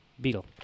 Beetle